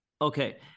Okay